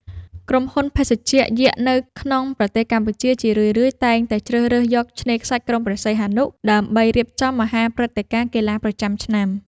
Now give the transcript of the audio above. ក្រុមហ៊ុនភេសជ្ជៈយក្សនៅក្នុងប្រទេសកម្ពុជា ជារឿយៗតែងតែជ្រើសរើសយកឆ្នេរខ្សាច់ក្រុងព្រះសីហនុ ដើម្បីរៀបចំមហាព្រឹត្តិការណ៍កីឡាប្រចាំឆ្នាំ។